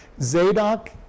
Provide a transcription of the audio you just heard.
Zadok